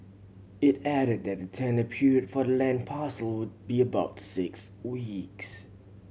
it added that the tender period for the land parcel would be about six weeks